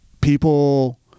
people